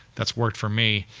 that's worked for me.